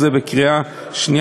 והגיע הזמן שנהפוך את זה לקבע.